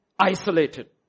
isolated